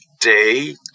day